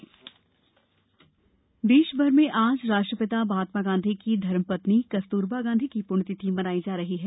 कस्तुरबा पुण्यतिथि देशभर में आज राष्ट्रपिता महात्मा गांधी की धर्मपत्नी कस्तूरबा गांधी की पुण्यतिथि मनाई जा रही है